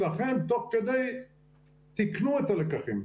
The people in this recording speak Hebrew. ואכן תוך כדי תיקנו את הלקחים.